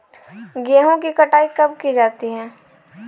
गेहूँ की कटाई कब की जाती है?